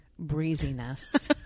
breeziness